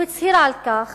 הוא הצהיר על כך